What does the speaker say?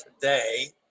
today